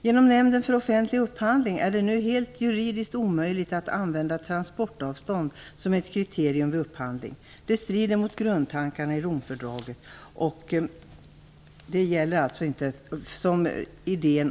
Genom Nämnden för offentlig upphandling är det nu juridiskt helt omöjligt att använda transportavstånd som ett kriterium vid upphandling. Det strider mot grundtankarna i Romfördraget och idén om en inre marknad.